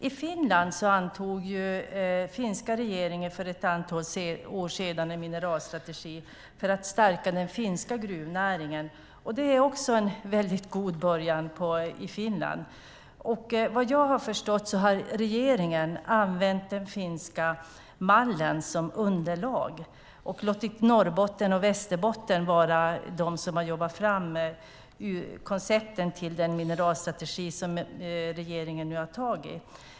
I Finland antog den finska regeringen för ett antal år sedan en mineralstrategi för att stärka den finska gruvnäringen. Det är också en väldigt god början i Finland. Vad jag har förstått har regeringen använt den finska mallen som underlag och låtit Norrbotten och Västerbotten jobba fram koncepten till den mineralstrategi som regeringen nu har antagit.